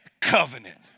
covenant